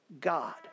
God